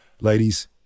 Ladies